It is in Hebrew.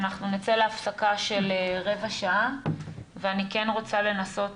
נצא להפסקה של רבע שעה ואני כן רוצה לנסות